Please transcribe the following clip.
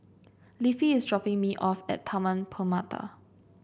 Leafy is dropping me off at Taman Permata